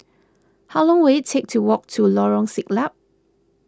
how long will it take to walk to Lorong Siglap